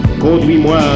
conduis-moi